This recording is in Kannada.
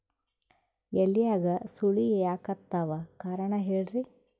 ಎಲ್ಯಾಗ ಸುಳಿ ಯಾಕಾತ್ತಾವ ಕಾರಣ ಹೇಳ್ರಿ?